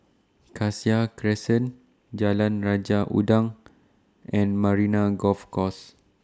Cassia Crescent Jalan Raja Udang and Marina Golf Course